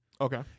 okay